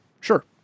sure